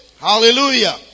Hallelujah